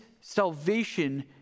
salvation